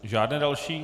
Žádné další...